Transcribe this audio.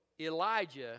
Elijah